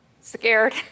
Scared